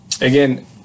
Again